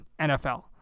NFL